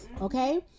okay